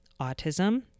autism